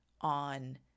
on